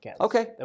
Okay